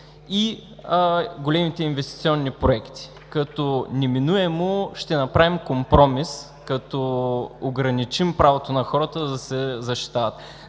и големите инвестиционни проекти. Неминуемо ще направим компромис като ограничим правото на хората да се защитават.